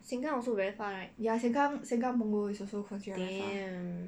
ya sengkang sengkang punggol is also considered very far